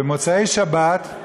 במוצאי שבת,